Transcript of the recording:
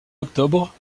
octobre